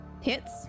Hits